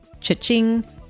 Cha-ching